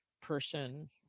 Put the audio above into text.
person